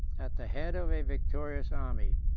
at the head of a victorious army,